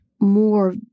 more